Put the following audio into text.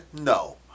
no